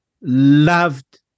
loved